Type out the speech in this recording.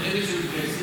אבל אלה שמתגייסים,